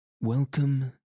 Welcome